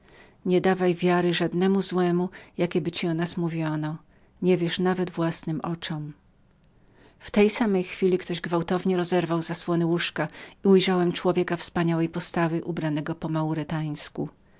nie dawaj wiary żadnemu złemu jakieby ci o nas mówiono niewierz nawet własnym oczom w tej chwili drzwi otwarły się z łoskotem i ujrzałem wchodzącego człowieka wspaniałej postawy ubranego po maurytańsku